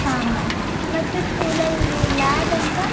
ಹಾಂ ಮ್ಯಾಮ್ ಮತ್ತೆ ಸ್ಕೂಲಲ್ಲಿ ಲ್ಯಾಬ್ ಎಂತ